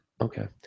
Okay